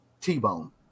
T-Bone